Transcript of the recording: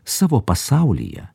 savo pasaulyje